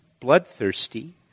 bloodthirsty